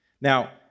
Now